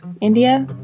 India